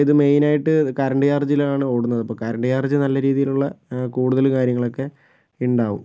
ഇത് മെയിനായിട്ട് കരണ്ട് ചാർജിലാണ് ഓടുന്നത് അപ്പോൾ കരണ്ട് ചാർജ് നല്ല രീതിയിലുള്ള കൂടുതല് കാര്യങ്ങളൊക്കെ ഉണ്ടാകും